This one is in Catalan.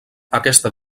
aquesta